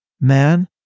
man